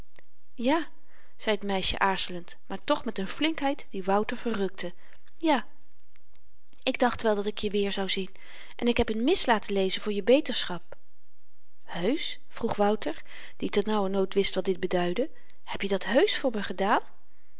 ja zei t meisje aarzelend maar toch met n flinkheid die wouter verrukte ja ik dacht wel dat ik je weer zou zien en ik heb n mis laten lezen voor je beterschap heusch vroeg wouter die ter nauwernood wist wat dit beduidde heb je dat heusch voor me gedaan